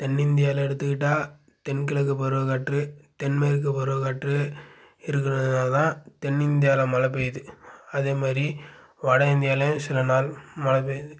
தென்னிந்தியாவில் எடுத்துக்கிட்டால் தென்கிழக்கு பருவக்காற்று தென்மேற்கு பருவக்காற்று இருக்கிறதால தான் தென்னிந்தியாவில் மழை பெய்யுது அதே மாதிரி வடஇந்தியாவிலையும் சில நாள் மழை பெய்யுது